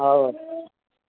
ହଉ ହଉ